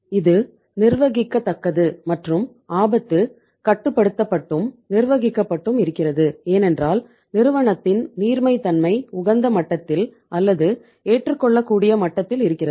இது நிர்வகிக்கத்தக்கது மற்றும் ஆபத்து கட்டுப்படுத்தப்பட்டும் நிர்வகிக்கப்பட்டும் இருக்கிறது ஏனென்றால் நிறுவனத்தின் நீர்மைத்தன்மை உகந்த மட்டத்தில் அல்லது ஏற்றுக்கொள்ளக்கூடிய மட்டத்தில் இருக்கிறது